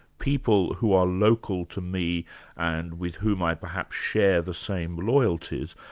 people who are local to me and with whom i perhaps share the same loyalties,